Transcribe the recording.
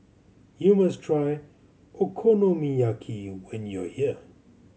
you must try Okonomiyaki when you are here